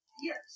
Yes